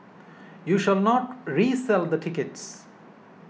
you shall not resell the tickets